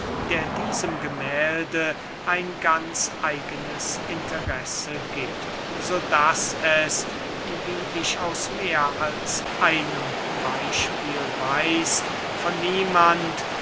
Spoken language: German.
der diesem gemählde ein ganz eigenes interesse giebt so daß es wie ich aus mehr als einem beyspiel weiß von niemand